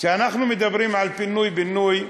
כשאנחנו מדברים על פינוי-בינוי,